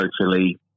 socially